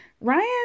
Ryan